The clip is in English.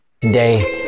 today